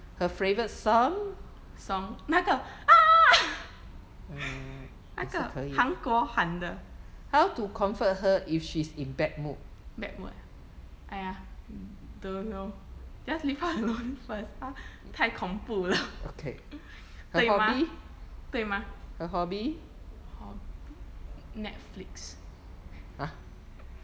song 那个啊那个韩国喊的 bad mood ah !aiya! don't know just leave her alone first 她太恐怖了对吗对吗 hobby netflix